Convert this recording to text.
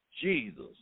Jesus